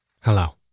Hello